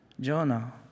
Jonah